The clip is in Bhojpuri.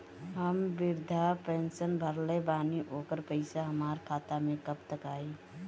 हम विर्धा पैंसैन भरले बानी ओकर पईसा हमार खाता मे कब तक आई?